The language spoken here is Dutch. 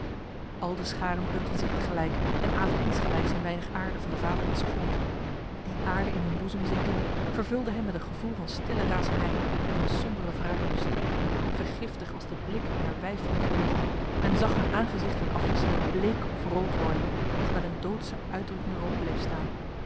al de scharen bukten zich tegelijk en aten insgelijks een weinig aarde van de vaderlandse grond die aarde in hun boezem zinkende vervulde hen met een gevoel van stille razernij en van sombere wraaklust vergiftig was de blik hunner weifelende ogen men zag hun aangezichten afwisselend bleek of rood worden terwijl een doodse uitdrukking erop bleef staan